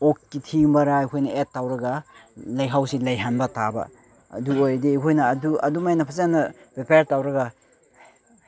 ꯑꯣꯛꯀꯤ ꯊꯤꯒꯨꯝꯕꯔꯥ ꯑꯩꯈꯣꯏꯅ ꯑꯦꯗ ꯇꯧꯔꯒ ꯂꯩꯍꯥꯎꯁꯤ ꯂꯩꯍꯟꯕ ꯇꯥꯕ ꯑꯗꯨ ꯑꯣꯏꯔꯗꯤ ꯑꯩꯈꯣꯏꯅ ꯑꯗꯨꯃꯥꯏꯅ ꯐꯖꯅ ꯄ꯭ꯔꯤꯄꯦꯌꯔ ꯇꯧꯔꯒ